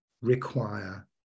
require